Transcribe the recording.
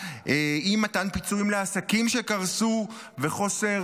מאי-מתן פיצויים לעסקים שקרסו ומחוסר